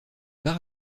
par